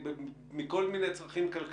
אז איפה הדבר הזה שאיננו משתנה לאורך השנים?